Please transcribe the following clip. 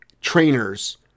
trainers